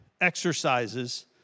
exercises